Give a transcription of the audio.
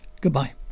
Goodbye